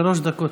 שלוש דקות.